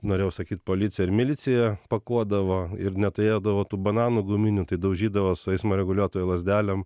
norėjau sakyt policija ir milicija pakuodavo ir neturėdavo tų bananų guminių tai daužydavo su eismo reguliuotojo lazdelėm